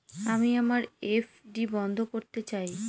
আমি আমার এফ.ডি বন্ধ করতে চাই